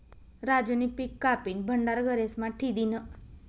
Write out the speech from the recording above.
राजूनी पिक कापीन भंडार घरेस्मा ठी दिन्हं